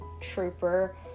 Trooper